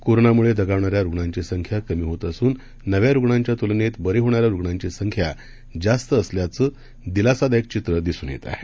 कोरोनामुळे दगावणाऱ्या रुग्णांची संख्या कमी होत असून नव्या रुग्णांच्या तूलनेत बरे होणाऱ्या रुग्णांची संख्या जास्त असल्याचं दिलासादायक चित्र दिसून येत आहे